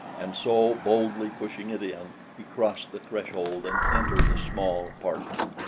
and so, boldly pushing it in, he crossed the threshold and entered a small apartment.